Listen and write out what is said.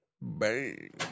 Bang